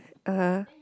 uh-huh